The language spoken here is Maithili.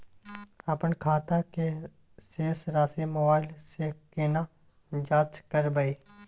अपन खाता के शेस राशि मोबाइल से केना जाँच करबै?